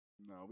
No